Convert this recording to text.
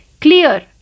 clear